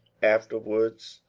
afterwards